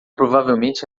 provavelmente